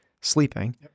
sleeping